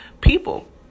people